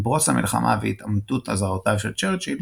עם פרוץ המלחמה והתאמתות אזהרותיו של צ'רצ'יל,